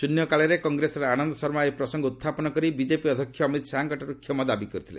ଶୃନ୍ୟକାଳରେ କଂଗ୍ରେସର ଆନନ୍ଦ ଶର୍ମା ଏ ପ୍ରସଙ୍ଗ ଉତ୍ଥାପନ କରି ବିକେପି ଅଧ୍ୟକ୍ଷ ଅମିତ୍ ଶାହାଙ୍କଠାରୁ କ୍ଷମା ଦାବି କରିଥିଲେ